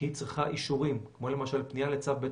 היא צריכה אישורים כמו למשל פנייה לצו בית